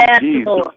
Jesus